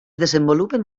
desenvolupen